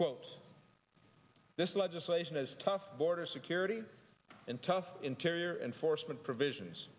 quote this legislation is tough border security and tough interior enforcement provisions